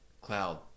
Cloud